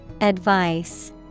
Advice